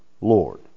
Lord